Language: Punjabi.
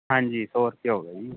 ਹਾਂਜੀ ਸੌ ਰੁਪਈਆ ਹੋ ਗਿਆ ਜੀ